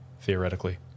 theoretically